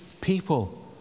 people